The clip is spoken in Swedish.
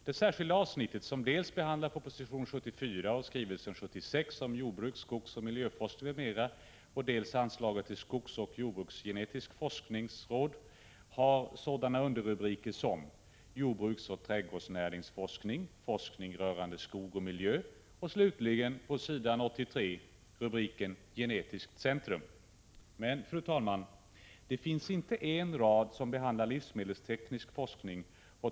Det särskilda avsnitt som behandlar dels proposition 74 och skrivelse 76 om jordbruks-, skogsoch miljöforskning m.m., dels anslaget till ett skogsoch jordbruksgenetiskt forskningsråd har sådana underrubriker som Jordbruksoch trädgårdsnäringsforskning, Forskning rörande skog och miljö och slutligen, på s. 83, Genetiskt centrum. Men, fru talman, det finns inte en rad som behandlar livsmedelsteknisk forskning.